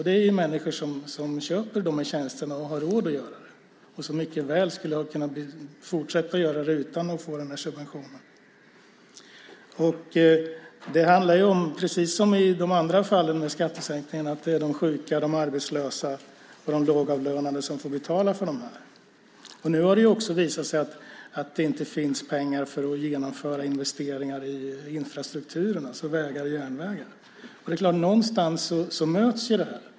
Det är människor som köper de här tjänsterna och som har råd att göra det. De skulle mycket väl kunna fortsätta att köpa tjänsterna utan subvention. Precis som i de andra fallen med skattesänkningar handlar det om att det är de sjuka, de arbetslösa och de lågavlönade som får betala. Nu har det också visat sig att det inte finns pengar för att genomföra investeringar i infrastrukturen - vägar och järnvägar. Någonstans möts det här.